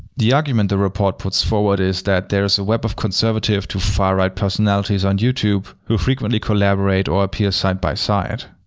the argument the report puts forward is that there is a web of conservative to far-right personalities on youtube who frequently collaborate, or appear side-by-side.